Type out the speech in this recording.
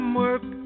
work